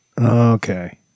Okay